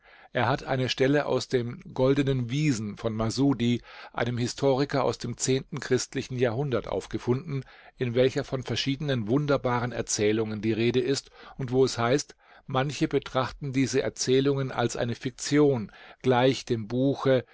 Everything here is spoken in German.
er hat eine stelle aus den goldenen wiesen von masudi einem historiker aus dem zehnten christlichen jahrhundert aufgefunden in welcher von verschiedenen wunderbaren erzählungen die rede ist und wo es heißt manche betrachten diese erzählungen als eine fiktion gleich dem buche